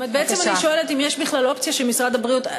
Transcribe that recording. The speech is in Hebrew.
בעצם אני שואלת אם יש בכלל אופציה שמשרד הבריאות,